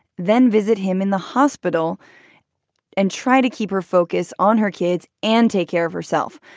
then visit him in the hospital and try to keep her focus on her kids and take care of herself.